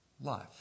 life